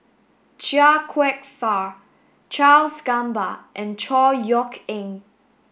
Chia Kwek Fah Charles Gamba and Chor Yeok Eng